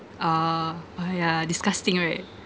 uh uh yeah disgusting right